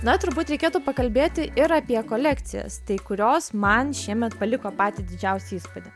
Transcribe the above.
na turbūt reikėtų pakalbėti ir apie kolekcijas tai kurios man šiemet paliko patį didžiausią įspūdį